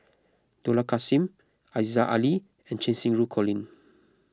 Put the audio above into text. Dollah Kassim Aziza Ali and Cheng Xinru Colin